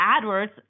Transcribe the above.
AdWords